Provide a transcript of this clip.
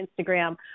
Instagram